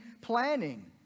planning